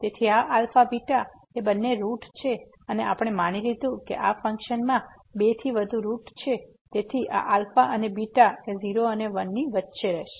તેથી આ αβ બે રૂટ છે અને આપણે માની લીધું છે કે આ ફંક્શનમાં બેથી વધુ રૂટ છે તેથી આ α અને β 0 અને 1 ની વચ્ચે રહેશે